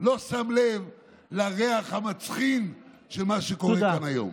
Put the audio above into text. לא שם לב לריח המצחין של מה שקורה כאן היום.